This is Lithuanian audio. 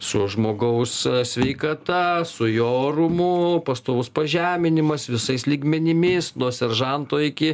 su žmogaus sveikata su jo orumu pastovus pažeminimas visais lygmenimis nuo seržanto iki